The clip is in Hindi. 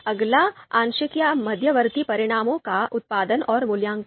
अगला आंशिक या मध्यवर्ती परिणामों का उत्पादन और मूल्यांकन